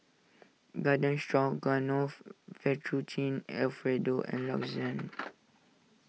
Garden Stroganoff Fettuccine Alfredo and Lasagne